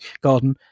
garden